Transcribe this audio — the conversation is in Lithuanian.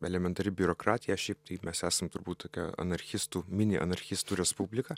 elementari biurokratija šiaip taip mes esam turbūt tokia anarchistų minianarchistų respublika